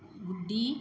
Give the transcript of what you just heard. ਗੁੱਡੀ